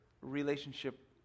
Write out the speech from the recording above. relationship